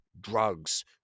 drugs